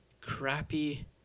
crappy